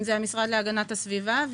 למשרד להגנת הסביבה,